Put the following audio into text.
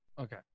okay